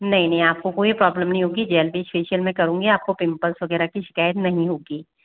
नहीं नहीं आपको कोई प्रॉब्लम नहीं होगी जेल बेस फेशियल मैं करूँगी आपको पिंपल्स वगैरह की शिकायत नहीं होगी